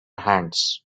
hands